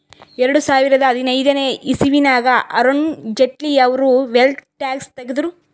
ಎರಡು ಸಾವಿರದಾ ಹದಿನೈದನೇ ಇಸವಿನಾಗ್ ಅರುಣ್ ಜೇಟ್ಲಿ ಅವ್ರು ವೆಲ್ತ್ ಟ್ಯಾಕ್ಸ್ ತಗುದ್ರು